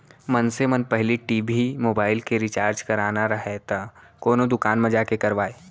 मनसे मन पहिली टी.भी, मोबाइल के रिचार्ज कराना राहय त कोनो दुकान म जाके करवाय